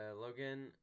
Logan